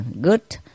good